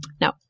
No